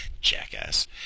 jackass